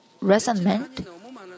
resentment